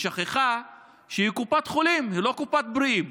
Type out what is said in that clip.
היא שכחה שהיא קופת חולים, לא קופת בריאים.